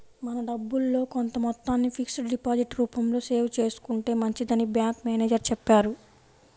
మన డబ్బుల్లో కొంత మొత్తాన్ని ఫిక్స్డ్ డిపాజిట్ రూపంలో సేవ్ చేసుకుంటే మంచిదని బ్యాంకు మేనేజరు చెప్పారు